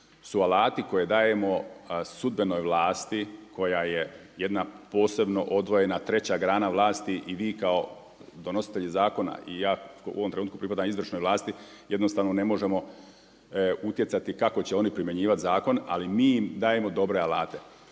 su alati koje dajemo sudbenoj vlasti koja je jedna posebno odvojena treća grana vlasti i vi kao donositelj zakona i ja u ovom trenutku pripadam izvršnoj vlasti jednostavno ne možemo utjecati kako će oni primjenjivati zakon, ali mi im dajemo dobre alate.